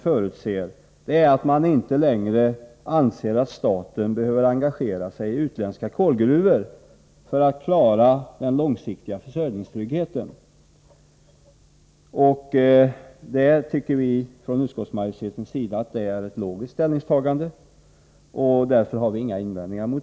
Att staten inte längre anser sig behöva engagera sig i utländska kolgruvor för att klara den långsiktiga försörjningen är ytterligare en markering av dämpningen av kolanvändningen. Utskottsmajoriteten tycker att detta är ett logiskt ställningstagande och har därför inga invändningar.